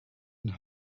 and